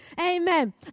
Amen